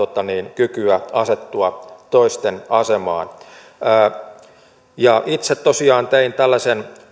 kykyä asettua toisten asemaan itse tosiaan tein tällaisen